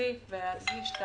אוסיף ואדגיש,